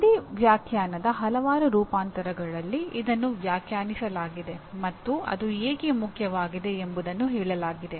ಒಂದೇ ವ್ಯಾಖ್ಯಾನದ ಹಲವಾರು ರೂಪಾಂತರಗಳಲ್ಲಿ ಇದನ್ನು ವ್ಯಾಖ್ಯಾನಿಸಲಾಗಿದೆ ಮತ್ತು ಅದು ಏಕೆ ಮುಖ್ಯವಾಗಿದೆ ಎಂಬುದನ್ನು ಹೇಳಲಾಗಿದೆ